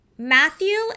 Matthew